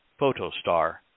photostar